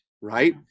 right